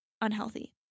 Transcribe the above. unhealthy